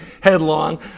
headlong